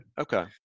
Okay